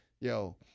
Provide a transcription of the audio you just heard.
Yo